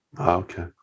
Okay